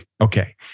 Okay